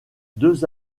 deux